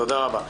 תודה רבה.